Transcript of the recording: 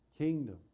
Kingdom